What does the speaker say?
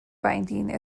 binding